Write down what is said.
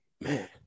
man